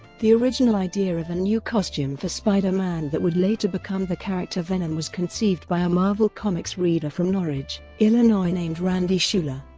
the original idea of a new costume for spider-man that would later become the character venom was conceived by a marvel comics reader from norridge, illinois named randy schueller.